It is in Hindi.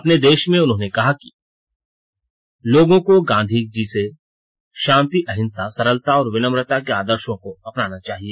अपने संदेश में उन्होंने कहा है लोगों को गांधी जी के शांति अहिंसा सरलता और विनम्रता के आदर्शों को अपनाना चाहिए